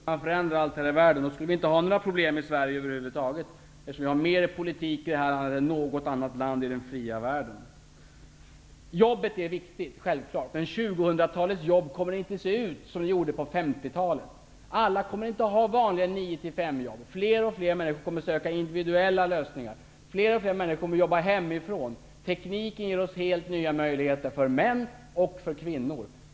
Herr talman! Om det vore så att politiska beslut kan förändra allt i världen, så skulle vi inte ha några problem i Sverige över huvud taget, eftersom vi har mer politik här än i något annat land i den fria världen. Självfallet är jobbet viktigt. Men 2000-talets jobb kommer inte att se ut som på 1950-talets. Alla kommer inte att ha vanliga 9--5-jobb. Fler och fler människor kommer att söka individuella lösningar, och fler och fler människor kommer att jobba hemifrån. Tekniken ger oss helt nya möjligheter för män och kvinnor.